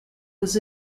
was